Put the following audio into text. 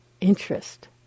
interest